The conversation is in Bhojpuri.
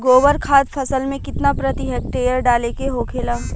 गोबर खाद फसल में कितना प्रति हेक्टेयर डाले के होखेला?